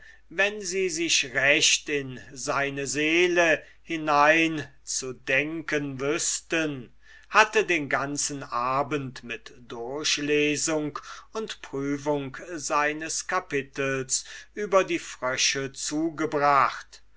wenn sie sich recht an seinen platz zu stellen wüßten hatte den ganzen abend mit durchlesung und überdenkung seines kapitels über die frösche zugebracht